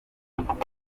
kibazo